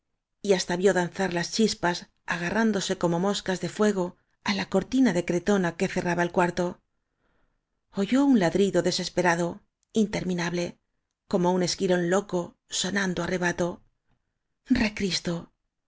y hasta vió danzar las chispas agarrándose como moscas ele fuego á la cortina de cretona que cerraba el cuarto oyó un ladrido deses perado interminable como un esquilón loco sonando á rebato recristo